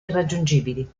irraggiungibili